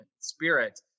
spirit